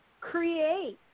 create